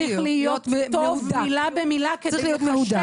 צריך להיות מהודק כדי ליישם.